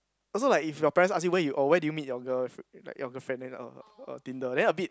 also like if your parents ask you where you oh where do you meet your girl like your girlfriend then er er tinder then a bit